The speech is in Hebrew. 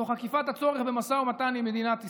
תוך עקיפת הצורך במשא ומתן עם מדינת ישראל.